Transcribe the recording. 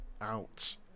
out